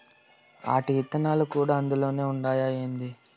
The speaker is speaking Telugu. ఆటి ఇత్తనాలు కూడా అందులోనే ఉండాయా ఏంది